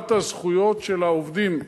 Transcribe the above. שמירת הזכויות של העובדים,